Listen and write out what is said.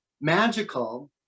magical